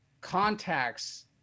contacts